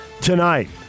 tonight